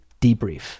Debrief